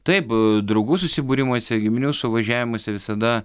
taip draugų susibūrimuose giminių suvažiavimuose visada